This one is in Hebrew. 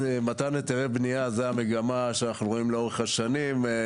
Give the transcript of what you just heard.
מתן היתרי בנייה זה המגמה שאנחנו רואים לאורך השנים,